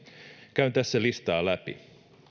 käyn tässä listaa läpi